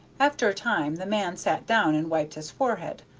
after a time the man sat down and wiped his forehead,